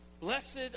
blessed